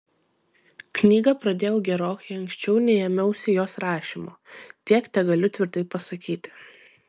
knygą pradėjau gerokai anksčiau nei ėmiausi jos rašymo tiek tegaliu tvirtai pasakyti